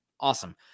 Awesome